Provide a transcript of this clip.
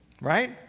Right